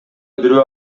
бирөө